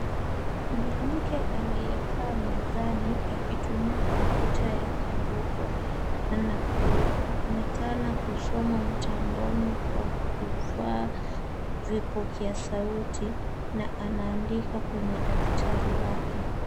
Mwanamke aliyekaa mezani akitumia kompyuta yake ndogo anapoonekana kusoma mtandaoni kwa kuvaa vipokea sauti na anaandika kwenye daftari lake.